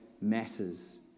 matters